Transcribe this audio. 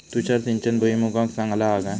तुषार सिंचन भुईमुगाक चांगला हा काय?